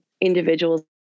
individuals